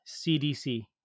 CDC